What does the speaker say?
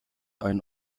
ein